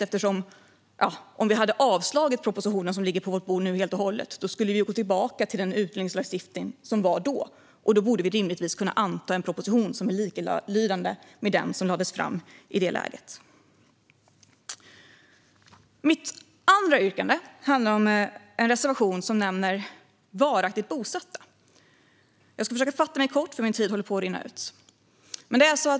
Om vi i stället helt och hållet hade avslagit den proposition som nu ligger på bordet skulle vi gå tillbaka till den utlänningslagstiftning som fanns tidigare. Därför borde vi rimligtvis kunna anta en proposition som är likalydande med den som lagts fram förut. Mitt andra yrkande handlar om en reservation som nämner varaktigt bosatta. Jag ska försöka fatta mig kort.